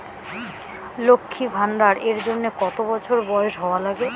লক্ষী ভান্ডার এর জন্যে কতো বছর বয়স হওয়া লাগে?